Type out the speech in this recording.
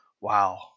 wow